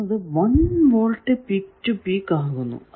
അപ്പോൾ അത് 1V peak to peak ആകുന്നു